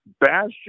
bastion